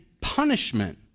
punishment